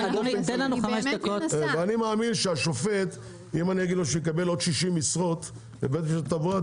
אני מאמין שאם אגיד לשופט שהוא יקבל עוד 60 משרות בבית דין לתעבורה,